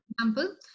example